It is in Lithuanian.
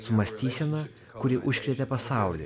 su mąstysena kuri užkrėtė pasaulį ir